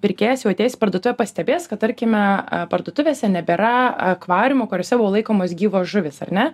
pirkėjas jau atėjęs parduotuvė pastebės kad tarkime parduotuvėse nebėra akvariumų kuriuose buvo laikomos gyvos žuvys ar ne